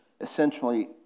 essentially